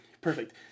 perfect